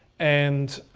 and,